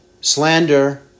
slander